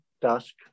dusk